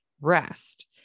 rest